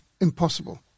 impossible